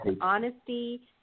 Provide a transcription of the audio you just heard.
honesty